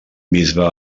bisbe